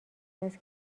است